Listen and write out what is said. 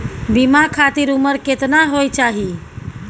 बीमा खातिर उमर केतना होय चाही?